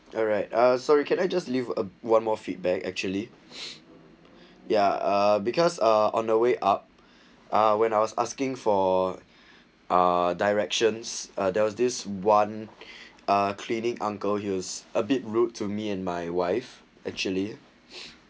alright uh sorry can I just leave a one more feedback actually yeah because uh on the way up uh when I was asking for uh directions are there was this one ah cleaning uncle use a bit rude to me and my wife actually